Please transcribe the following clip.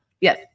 Yes